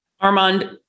Armand